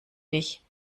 dich